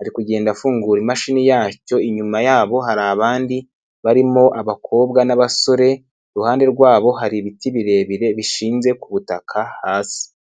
ari kugenda afungura imashini yacyo, inyuma yabo hari abandi barimo abakobwa n'abasore, iruhande rwabo hari ibiti birebire bishinze ku butaka hasi.